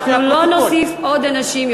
אנחנו לא נוסיף עוד אנשים.